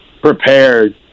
prepared